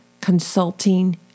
consulting